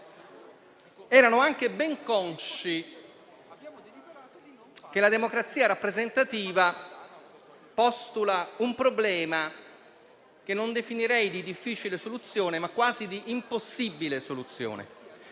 erano anche ben consci che la democrazia rappresentativa postula un problema, che non definirei di difficile, ma quasi di impossibile soluzione.